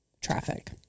traffic